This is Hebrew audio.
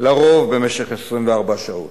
"לרוב במשך 24 שעות.